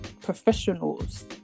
professionals